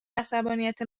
عصبانیت